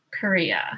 Korea